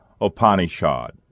Upanishad